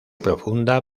profunda